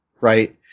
right